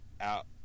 out